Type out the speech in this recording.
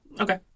Okay